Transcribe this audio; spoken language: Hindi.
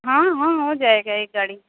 हाँ हाँ हो जायेगा एक गाड़ी